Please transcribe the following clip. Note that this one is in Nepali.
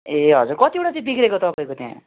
ए हजुर कतिवटा चाहिँ बिग्रेको तपाईँको त्यहाँ